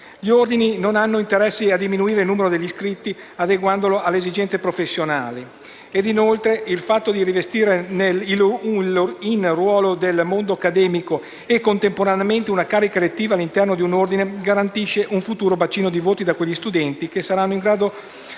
Gli Ordini non hanno interesse a diminuire il numero degli iscrivibili adeguandolo alle esigenze professionali. Inoltre, il fatto di rivestire un ruolo nel mondo accademico e, contemporaneamente, una carica elettiva all'interno di un Ordine garantisce un futuro bacino di voti da quegli studenti che saranno un giorno